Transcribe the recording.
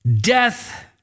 death